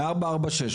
ל-446.